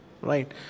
Right